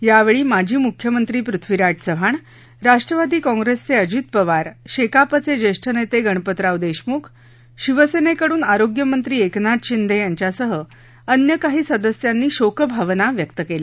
यावेळी माजी मुख्यमंत्री पृथ्वीराज चव्हाण राष्ट्रवादी काँग्रेसचे अजित पवार शेकापचे ज्येष्ठ नेते गणपतराव देशमुख शिवसेनेकडून आरोग्यमंत्री एकनाथ शिंदे यांच्यासह अन्य काही सदस्यांनी शोकभावना व्यक्त केल्या